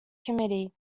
committee